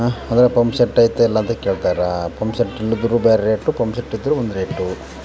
ಹಾಂ ಅದರ pump set ಇದೆಇಲ್ಲ ಅಂತ ಕೇಳ್ತಾರೆ ಪಂಪ್ ಸೆಟ್ ಇಲ್ಲದಿರು ಬೇರೆ ರೇಟು ಪಂಪ್ ಸೆಟ್ ಇದ್ರು ಒಂದು ರೇಟು